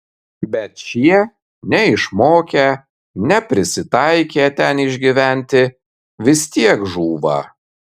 bet šie neišmokę neprisitaikę ten išgyventi vis tiek žūva